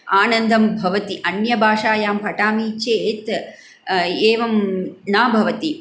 आनन्दं भवति अन्यभाषायां पठामि चेत् एवं न भवति